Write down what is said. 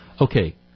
Okay